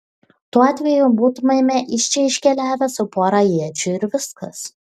tuo atveju būtumėme iš čia iškeliavę su pora iečių ir viskas